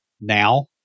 now